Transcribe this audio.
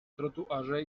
trotuarze